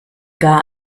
gar